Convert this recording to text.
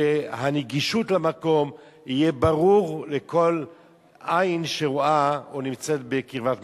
שהנגישות תהיה ברורה לכל עין שרואה או נמצאת בקרבת מקום.